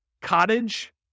Cottage